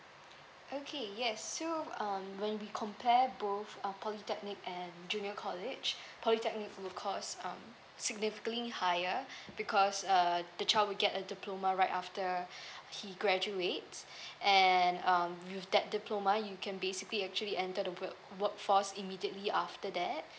okay yes so um when we compare both uh polytechnic and junior college polytechnic will cost um significantly higher because uh the child will get a diploma right after he graduates and um with that diploma you can basically actually enter the w~ workforce immediately after that